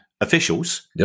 officials